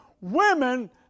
Women